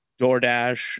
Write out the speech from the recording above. DoorDash